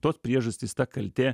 tos priežastys ta kaltė